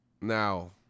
now